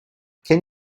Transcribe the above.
can